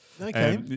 Okay